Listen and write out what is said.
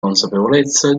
consapevolezza